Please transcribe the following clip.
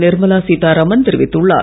நிர்மலா சீத்தாராமன் தெரிவித்துள்ளார்